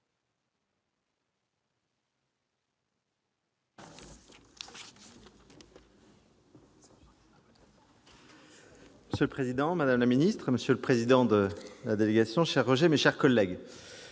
Monsieur le président, madame la ministre, monsieur le président de la délégation à la prospective, mes chers collègues,